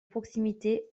proximité